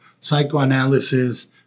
psychoanalysis